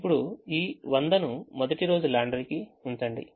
ఇప్పుడు ఈ 100 ను మొదటి రోజు లాండ్రీకి ఉంచండి